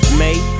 mate